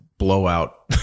blowout